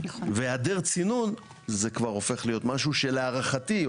והעדר צינון זה כבר הופך להיות משהו שלהערכתי,